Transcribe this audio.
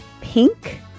Pink